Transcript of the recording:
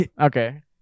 Okay